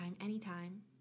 anytime